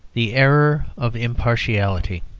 the error of impartiality